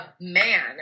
man